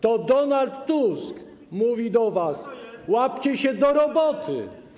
To Donald Tusk mówi do was: bierzcie się do roboty.